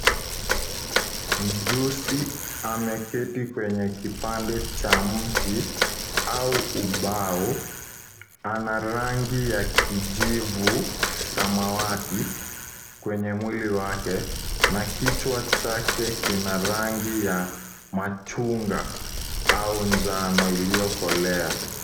Mjusi ameketi kwenye kipande cha mti au ubao, ana rangi ya kijivu samawati kwenye mwili wake na kichwa chake kina rangi ya machungwa au njano iliyokolea.